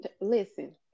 Listen